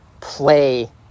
play